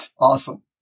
Awesome